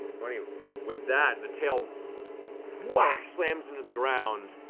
twenty. with that, the tail whack slams into the ground.